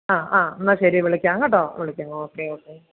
ആ ആ എന്നാൽ ശരി വിളിക്കാം കേട്ടോ വിളിക്കാം ഓക്കേ ഓക്കേ